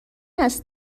است